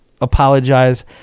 apologize